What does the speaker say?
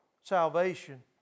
salvation